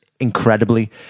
incredibly